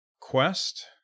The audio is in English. Quest